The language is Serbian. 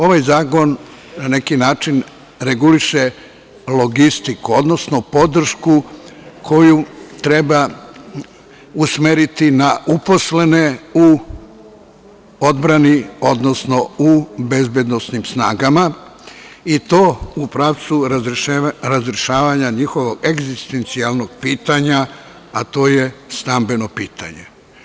Ovaj zakon, na neki način reguliše logistiku, odnosno podršku koju treba usmeriti na uposlene u odbrani odnosno u bezbednosnim snagama i to u pravcu razrešavanja njihovog egzistencijalnog pitanja, a to je stambeno pitanje.